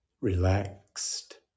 Relaxed